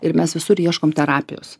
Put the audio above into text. ir mes visur ieškom terapijos